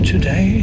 Today